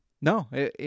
No